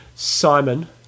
Simon